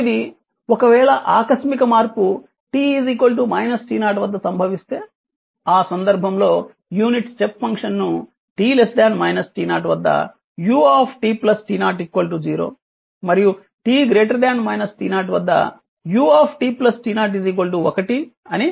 తదుపరిది ఒకవేళ ఆకస్మిక మార్పు t t0 వద్ద సంభవిస్తే ఆ సందర్భంలో యూనిట్ స్టెప్ ఫంక్షన్ను t t0 వద్ద utt0 0 మరియు t t0 వద్ద utt0 1 అని వ్యక్తీకరించవచ్చు